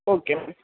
okay ma'am